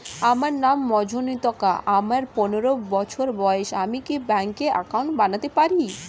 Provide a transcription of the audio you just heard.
আমার নাম মজ্ঝন্তিকা, আমার পনেরো বছর বয়স, আমি কি ব্যঙ্কে একাউন্ট বানাতে পারি?